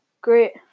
great